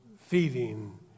feeding